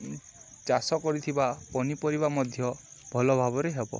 ଚାଷ କରିଥିବା ପନିପରିବା ମଧ୍ୟ ଭଲ ଭାବରେ ହେବ